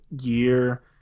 year